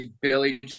Billy